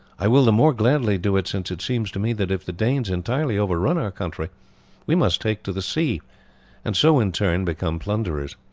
i will the more gladly do it, since it seems to me that if the danes entirely overrun our country we must take to the sea and so in turn become plunderers.